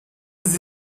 sie